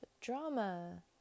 drama